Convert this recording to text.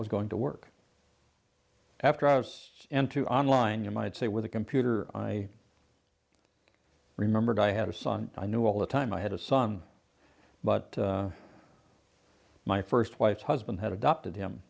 was going to work after i was into online you might say with a computer i remembered i had a son i knew all the time i had a son but my first wife husband had adopted him